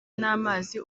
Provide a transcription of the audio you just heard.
n’amazi